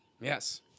Yes